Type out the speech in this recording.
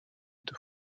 deux